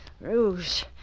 rouge